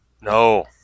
No